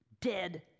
dead